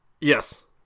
Yes